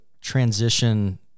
transition